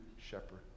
shepherd